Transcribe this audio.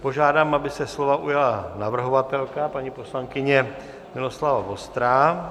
Požádám, aby se slova ujala navrhovatelka paní poslankyně Miloslava Vostrá.